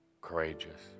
courageous